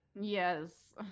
Yes